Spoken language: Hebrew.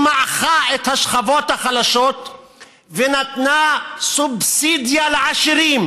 שמעכה את השכבות החלשות ונתנה סובסידיה לעשירים.